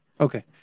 Okay